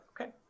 okay